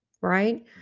Right